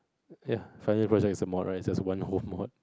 ya final year project is the mod right one whole mod